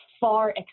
far